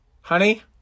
Honey